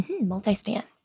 Multi-stands